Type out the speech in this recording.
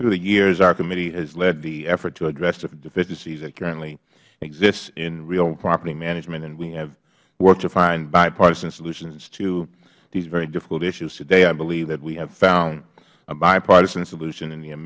through the years our committee has led the effort to address the deficiencies that currently exist in real property management and we have worked to find bipartisan solutions to these very difficult issues today i believe that we have found a bipartisan solution in the